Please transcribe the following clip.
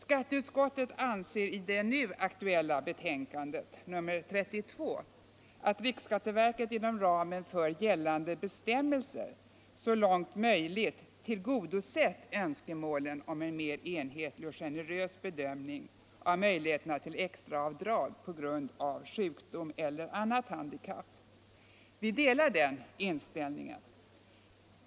Skatteutskottet anser i det nu aktuella betänkandet, nr 32, att riksskatteverkets anvisningar inom ramen för gällande bestämmelser så långt möjligt tillgodosett önskemålen om en mer enhetlig och generös bedömning av möjligheterna till extra avdrag på grund av sjukdom eller annat handikapp. Vi delar den inställningen.